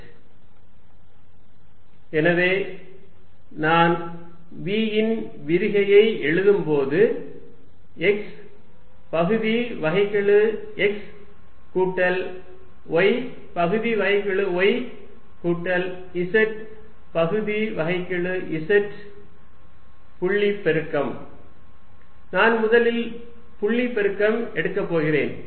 v x∂xy∂yz∂z எனவே நான் v இன் விரிகையை எழுதும் போது x பகுதி வகைக்கெழு x கூட்டல் y பகுதி வகைக்கெழு y கூட்டல் z பகுதி வகைக்கெழு z புள்ளிப் பெருக்கம் நான் முதலில் புள்ளி பெருக்கம் எடுக்கப் போகிறேன்